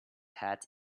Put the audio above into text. hat